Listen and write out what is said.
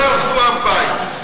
לא יהרסו אף בית.